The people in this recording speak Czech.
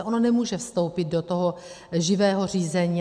Ono nemůže vstoupit do toho živého řízení.